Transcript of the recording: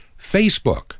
Facebook